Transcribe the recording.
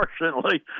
unfortunately